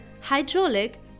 hydraulic